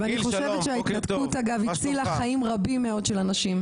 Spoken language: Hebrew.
אני חושבת שההתנתקות הצילה חיים רבים מאוד של אנשים.